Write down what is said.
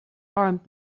armed